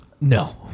No